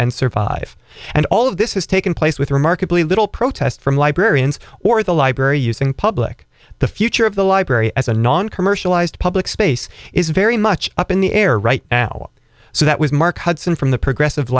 and survive and all of this has taken place with remarkably little protest from librarians or the library using public the future of the library as a non commercialized public space is very much up in the air right now so that was mark hudson from the progressive